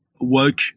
work